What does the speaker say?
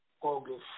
August